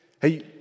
hey